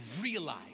realize